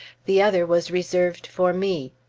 the other was reserved for me.